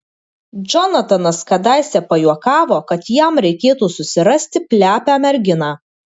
džonatanas kadaise pajuokavo kad jam reikėtų susirasti plepią merginą